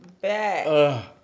back